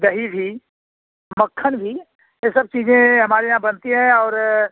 दही भी मक्खन भी ये सब चीजें हमारे यहाँ बनती हैं और